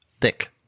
thick